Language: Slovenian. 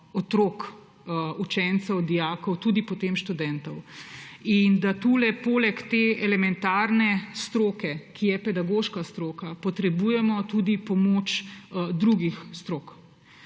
otrok, učencev, dijakov, tudi potem študentov. In da poleg te elementarne stroke, ki je pedagoška stroka, potrebujemo tudi pomoč drugih strok.